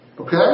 Okay